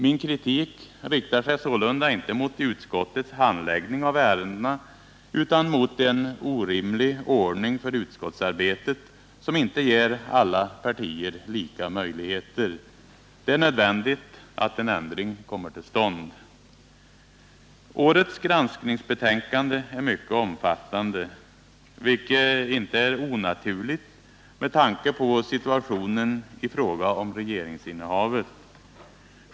Min kritik riktar sig sålunda inte mot utskottets handläggning av ärendena utan mot en orimlig ordning för utskottsarbetet, som inte ger alla partier lika möjligheter. Det är nödvändigt att en ändring kommer till stånd. Årets granskningsbetänkande är mycket omfattande, vilket inte är onaturligt med tanke på situationen i fråga om regeringsinnehavet.